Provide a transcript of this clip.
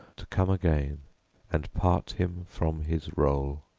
to come again and part him from his roll.